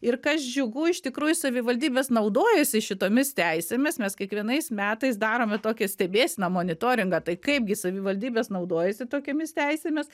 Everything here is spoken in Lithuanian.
ir kas džiugu iš tikrųjų savivaldybės naudojasi šitomis teisėmis mes kiekvienais metais darome tokią stebėseną monitoringą tai kaip gi savivaldybės naudojasi tokiomis teisėmis